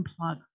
unplug